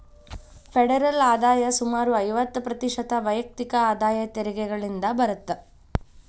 federal ಆದಾಯ ಸುಮಾರು ಐವತ್ತ ಪ್ರತಿಶತ ವೈಯಕ್ತಿಕ ಆದಾಯ ತೆರಿಗೆಗಳಿಂದ ಬರತ್ತ